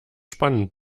spannend